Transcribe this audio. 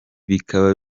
bikaba